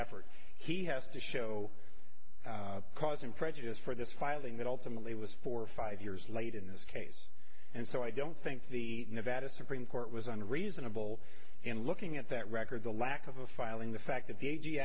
effort he has to show cause and prejudice for this filing that ultimately was for five years late in this case and so i don't think the nevada supreme court was on reasonable in looking at that record the lack of a filing the fact that the a